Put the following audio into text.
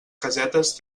casetes